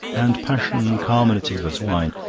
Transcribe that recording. and passion carminative as wine.